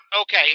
Okay